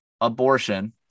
abortion